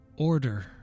order